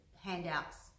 handouts